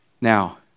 Now